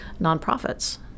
nonprofits